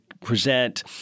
present